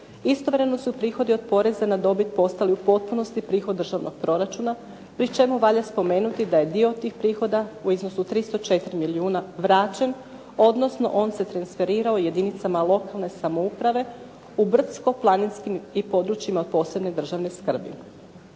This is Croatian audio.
Istovremeno su prihodi od poreza na dobit postali u potpunosti prihod državnog proračuna pri čemu valja spomenuti da je dio tih prihoda u iznosu od 304 milijuna vraćen, odnosno on se transferirao jedinicama lokalne samouprave u brdsko-planinskim i područjima od posebne državne skrbi.